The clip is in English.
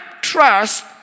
trust